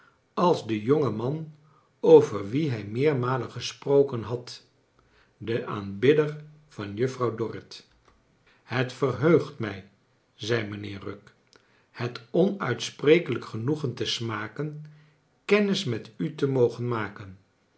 als de jonge man over wien hij meermalen gesproken had de aanbidder van juffrouw dorrit het verheugt mij sei mijnheer rugg het onuitsprekelijk genoegen te smaken kennis met u te mogen maken